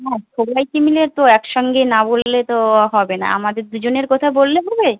হ্যাঁ সবাইকে মিলে তো একসঙ্গে না বললে তো হবে না আমাদের দুজনের কথা বললে হবে